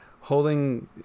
holding